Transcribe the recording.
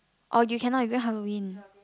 or you cannot you going Halloween